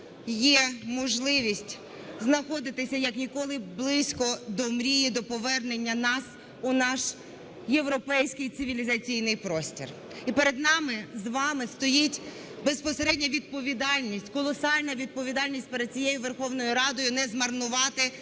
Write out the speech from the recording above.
є можливість знаходитися як ніколи близько до мрії, до повернення нас у наш європейський цивілізаційний простір. І перед нами з вами стоїть безпосередня відповідальність, колосальна відповідальність, перед цією Верховною Радою, не змарнувати